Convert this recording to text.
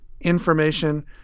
information